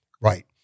Right